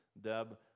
Deb